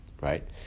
right